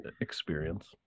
experience